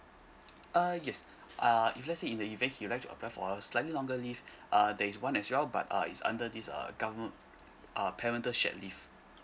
uh yes uh if let's say in the event he would like to apply for a slightly longer leave uh there is one as well but uh is under this uh government uh parental shared leave